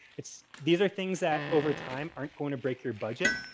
it's, these are things that over time aren't going to break your budget.